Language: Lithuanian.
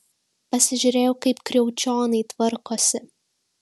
pasižiūrėjau kaip kriaučioniai tvarkosi